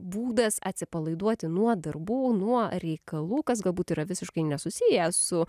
būdas atsipalaiduoti nuo darbų nuo reikalų kas galbūt yra visiškai nesusiję su